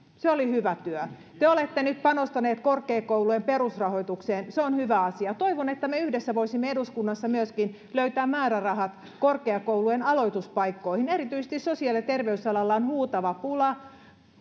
se oli hyvä työ te olette nyt panostaneet korkeakoulujen perusrahoitukseen se on hyvä asia toivon että me yhdessä voisimme eduskunnassa löytää määrärahat myöskin korkeakoulujen aloituspaikkoihin erityisesti sosiaali ja terveysalalla on huutava pula